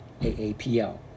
AAPL